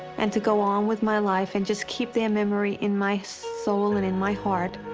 and to go on with my life, and just keep their memory in my soul and in my heart.